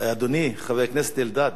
אדוני חבר הכנסת אלדד,